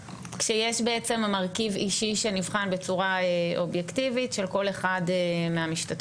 כשיש בעצם מרכיב אישי שנבחן בצורה אובייקטיבית של כל אחד מהמשתתפים.